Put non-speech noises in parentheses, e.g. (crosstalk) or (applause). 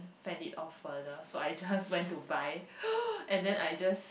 fend it off further so I just went to buy (breath) and then I just